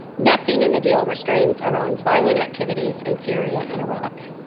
nothing in the deal restrains iran's violent activities in syria and iraq.